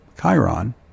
Chiron